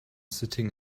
sitting